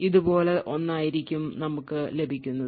ഇതുപോലെ ഒന്നായിരിക്കും നമുക്ക് ലഭിക്കുന്നത്